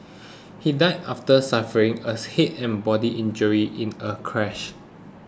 he died after suffering a and body injuries in a crash